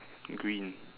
green